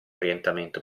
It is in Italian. orientamento